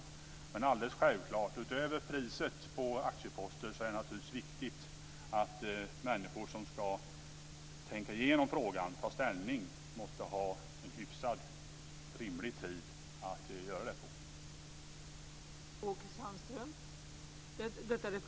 Utöver priset på aktieposter, som är viktigt, är det alldeles självklart att det är viktigt att människor som ska tänka igenom frågan och ta ställning har en hyfsat rimlig tid att göra det på.